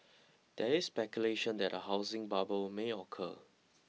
there is speculation that a housing bubble may occur